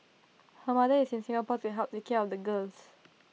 her mother is in Singapore to help take care of the girls